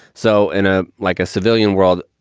so in a like a civilian world,